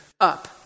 up